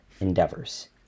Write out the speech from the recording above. Endeavors